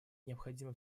необходима